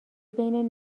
بین